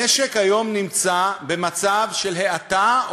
המשק היום נמצא במצב של האטה,